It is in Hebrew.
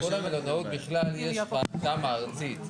בכל המלונאות בכלל, יש תמ"א ארצית.